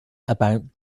about